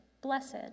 blessed